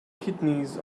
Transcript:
kidneys